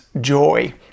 joy